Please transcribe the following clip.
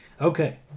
Okay